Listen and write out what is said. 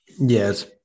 Yes